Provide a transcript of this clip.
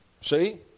See